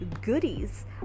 goodies